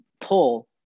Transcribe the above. pull